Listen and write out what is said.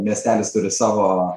miestelis turi savo